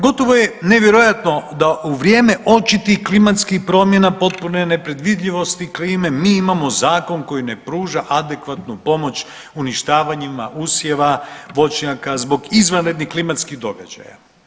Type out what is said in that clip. Gotovo je nevjerojatno da u vrijeme očitih klimatskih promjena i potpune nepredvidljivosti klime mi imamo zakon koji ne pruža adekvatnu pomoć uništavanjima usjeva i voćnjaka zbog izvanrednih klimatskih događaja.